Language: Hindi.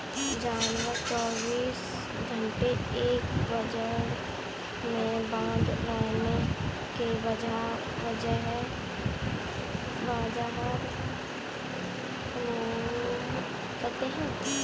जानवर चौबीस घंटे एक बाड़े में बंद रहने के बजाय बाहर घूम सकते है